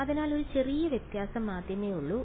അതിനാൽ ഒരു ചെറിയ വ്യത്യാസം മാത്രമേയുള്ളൂ